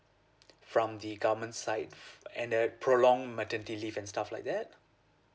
from the government side and uh prolong maternity leave and stuff like that